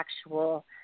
actual